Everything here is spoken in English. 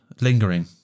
Lingering